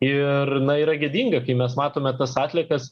ir na yra gėdinga kai mes matome tas atliekas